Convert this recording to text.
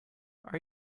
are